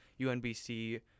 UNBC